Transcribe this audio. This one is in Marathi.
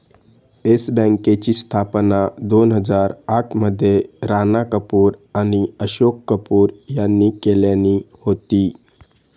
येस बँकेची स्थापना दोन हजार आठ मध्ये राणा कपूर आणि अशोक कपूर यांनी केल्यानी होती